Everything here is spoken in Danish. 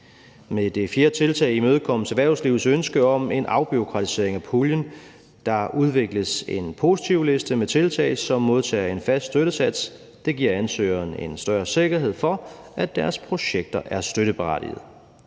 Med det fjerde tiltag imødekommes erhvervslivets ønske om en afbureaukratisering af puljen. Der udvikles en positivliste med tiltag, som modtager en fast støttesats. Det giver ansøgeren en større sikkerhed for, at deres projekter er støtteberettigede.